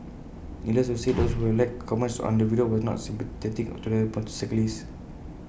needless to say those who have left comments on the video were not sympathetic to the motorcyclist